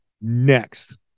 next